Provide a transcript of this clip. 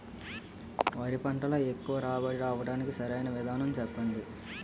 వరి పంటలో ఎక్కువ రాబడి రావటానికి సరైన విధానం చెప్పండి?